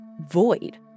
void